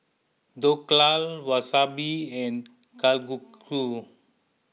Dhokla Wasabi and Kalguksu